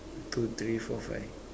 two three four five